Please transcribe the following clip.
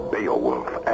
Beowulf